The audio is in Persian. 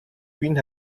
بین